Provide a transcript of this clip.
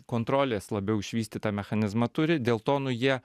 kontrolės labiau išvystytą mechanizmą turi dėl to nu jie